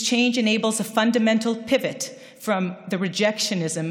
שינוי זה מאפשר תפנית יסודית ממדיניות הדחייה,